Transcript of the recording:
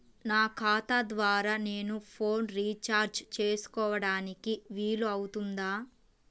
నా ఖాతా ద్వారా నేను ఫోన్ రీఛార్జ్ చేసుకోవడానికి వీలు అవుతుందా?